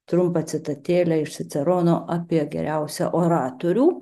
trumpą citatėlę iš cicerono apie geriausią oratorių